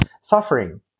suffering